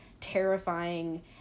terrifying